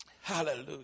Hallelujah